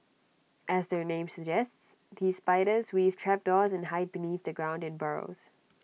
as their name suggests these spiders weave trapdoors and hide beneath the ground in burrows